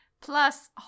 Plus